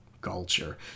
culture